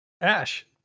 Ash